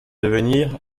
devenir